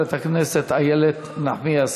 חברת הכנסת איילת נחמיאס